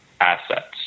assets